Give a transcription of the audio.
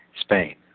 Spain